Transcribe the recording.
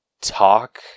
Talk